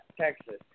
Texas